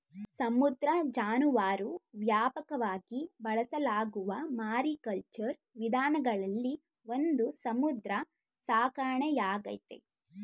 ಸಮುದ್ರ ಜಾನುವಾರು ವ್ಯಾಪಕವಾಗಿ ಬಳಸಲಾಗುವ ಮಾರಿಕಲ್ಚರ್ ವಿಧಾನಗಳಲ್ಲಿ ಒಂದು ಸಮುದ್ರ ಸಾಕಣೆಯಾಗೈತೆ